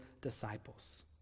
disciples